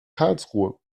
karlsruhe